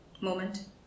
moment